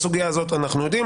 בסוגייה הזאת אנחנו יודעים.